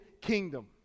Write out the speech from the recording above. kingdom